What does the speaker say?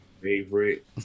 favorite